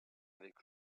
avec